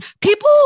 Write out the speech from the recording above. people